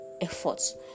efforts